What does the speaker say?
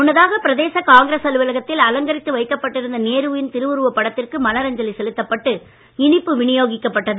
முன்னதாக பிரதேச காங்கிரஸ் அலுவலகத்தில் அலங்கரித்து வைக்கப்பட்டிருந்த நேரு வின் திருவுருவப் படத்திற்கு மலரஞ்சலி செலுத்தப்பட்டு இனிப்பு விநியோகிக்கப்பட்டது